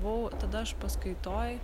buvau tada aš paskaitoj